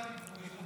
נגעתי בזה.